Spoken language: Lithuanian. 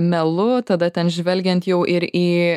melu tada ten žvelgiant jau ir į